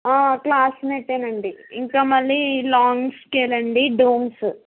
క్లాస్మేటేనండి ఇంకా మళ్ళీ long scale అండి డోమ్స్